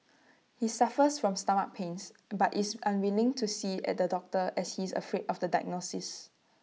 he suffers from stomach pains but is unwilling to see the doctor as he is afraid of the diagnosis